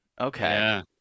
Okay